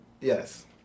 Yes